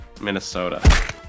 Minnesota